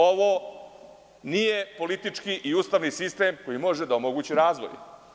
Ovo nije politički i ustani sistem koji može da omogući razvoj.